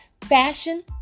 fashion